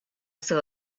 saw